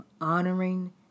honoring